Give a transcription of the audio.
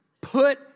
Put